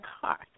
car